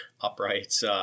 uprights